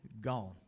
gone